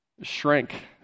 shrank